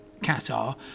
Qatar